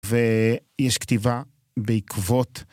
ויש כתיבה בעיקבות.